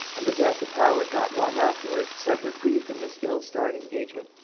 and the death of howard, not long afterwards, set her free from this ill-starred engagement,